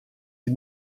sie